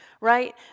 Right